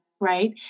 right